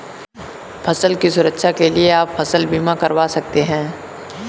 फसल की सुरक्षा के लिए आप फसल बीमा करवा सकते है